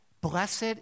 Blessed